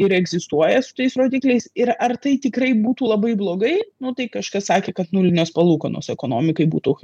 ir egzistuoja su tais rodikliais ir ar tai tikrai būtų labai blogai nu tai kažkas sakė kad nulinės palūkanos ekonomikai būtų